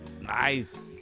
Nice